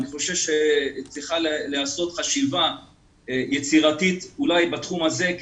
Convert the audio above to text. אני חושב שצריכה להיעשות חשיבה יצירתית בתחום הזה.